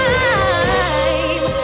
time